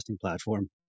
platform